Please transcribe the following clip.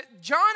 John